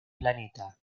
planeta